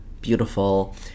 beautiful